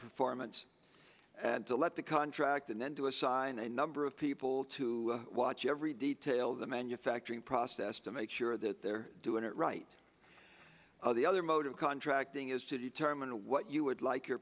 performance and to let the contract and then to assign a number of people to watch every detail of the manufacturing process to make sure that they're doing it right of the other motive contracting is to determine what you would like your